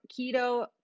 keto